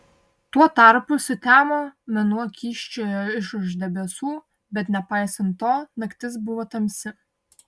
tuo tarpu sutemo mėnuo kyščiojo iš už debesų bet nepaisant to naktis buvo tamsi